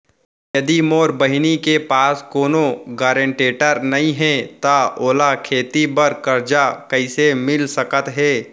यदि मोर बहिनी के पास कोनो गरेंटेटर नई हे त ओला खेती बर कर्जा कईसे मिल सकत हे?